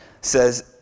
says